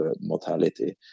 mortality